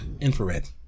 Infrared